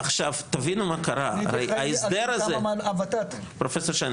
ההסדר הזה, הרי